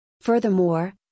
Furthermore